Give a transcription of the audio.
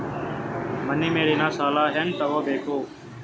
ಮನಿ ಮೇಲಿನ ಸಾಲ ಹ್ಯಾಂಗ್ ತಗೋಬೇಕು?